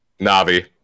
Navi